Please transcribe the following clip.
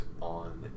on